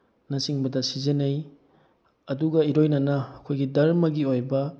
ꯅꯆꯤꯡꯕꯗ ꯁꯤꯖꯤꯟꯅꯩ ꯑꯗꯨꯒ ꯏꯔꯣꯏꯅꯅ ꯑꯩꯈꯣꯏꯒꯤ ꯗꯔꯃꯒꯤ ꯑꯣꯏꯕ